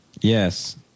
yes